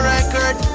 Record